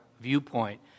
viewpoint